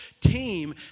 team